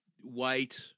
white